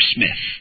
Smith